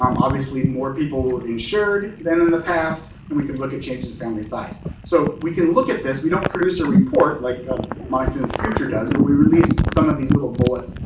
um obviously more people were insured than in the past and we can look at changes family size. so we can look at this, we don't produce a report like monitoring the future does, but we release some of these little bullets.